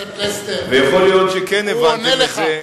ויכול להיות שכן הבנתם את זה,